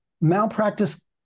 malpractice